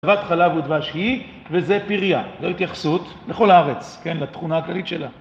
זבת חלב ודבש היא, וזה פריה, זה התייחסות לכל הארץ, כן, לתכונה הכללית שלה.